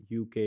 UK